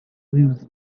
lose